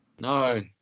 No